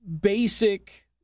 basic